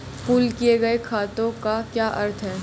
Pool किए गए खातों का क्या अर्थ है?